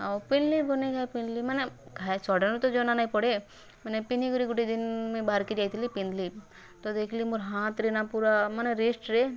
ଆଉ ପିନ୍ଧ୍ଲି ବୋଲି କା ପିନ୍ଧ୍ଲି ମାନେ ଖାଇ ଛଡ଼ାନୁ ତ ଜନା ନାଇଁ ପଡ଼େ ମାନେ ପିନ୍ଧିକରି ମୁଇଁ ଗୁଟେ ଦିନ୍ ବାହାର୍କେ ଯାଇଥିଲି ପିନ୍ଧ୍ଲି ତ ଦେଖ୍ଲି ମୋର୍ ହାତ୍ରେ ନା ପୁରା ମାନେ ରେଷ୍ଟ୍ରେ